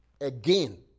again